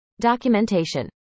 documentation